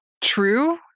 true